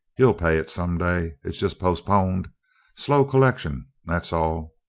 he'll pay it, some day. it's just postponed slow collection that's all!